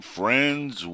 friends